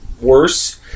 worse